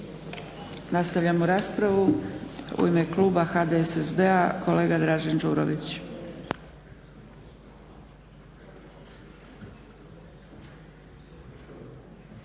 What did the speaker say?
Nastavljamo raspravu. U ime Kluba HDSSB-a kolega Dražen Đurović.